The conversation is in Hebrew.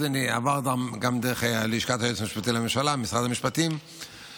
אז זה גם עבר דרך לשכת היועץ המשפטי לממשלה,